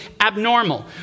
abnormal